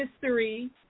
history